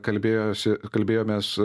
kalbėjosi kalbėjomės